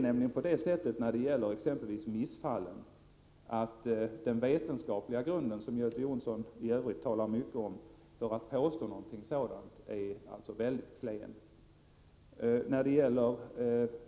När det gäller exempelvis missfallen är den vetenskapliga grunden — något som Göte Jonsson för övrigt talar mycket om — för att kunna påstå att ett samband föreligger väldigt klen.